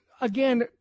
Again